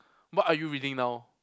what are you reading now